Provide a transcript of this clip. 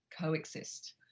coexist